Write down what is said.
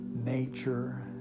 Nature